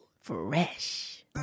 Fresh